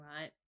right